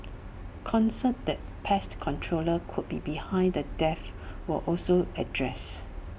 concerns that pest controllers could be behind the deaths were also addressed